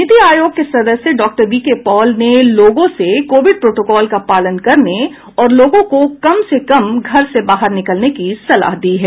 नीति आयोग के सदस्य डॉ वीके पॉल ने लोगों से कोविड प्रोटोकॉल का पालन करने और लोगों को कम से कम घर से बाहर निकलने की सलाह दी है